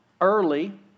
early